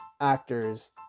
actors